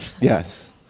Yes